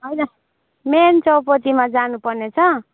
होइन मेन चौपतीमा जानु पर्ने छ